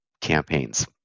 campaigns